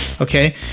Okay